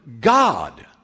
God